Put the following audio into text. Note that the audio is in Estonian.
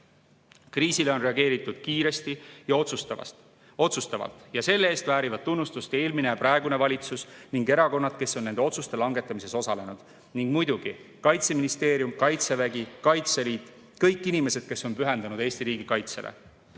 Kriisile on reageeritud kiiresti ja otsustavalt. Selle eest väärivad tunnustust eelmine ja praegune valitsus ning erakonnad, kes on nende otsuste langetamises osalenud, samuti muidugi Kaitseministeerium, Kaitsevägi, Kaitseliit ja kõik inimesed, kes on pühendunud Eesti riigi kaitsele.